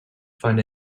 find